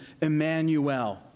Emmanuel